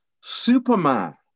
superman